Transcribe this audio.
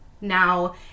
Now